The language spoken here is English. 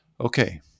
Okay